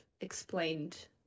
explained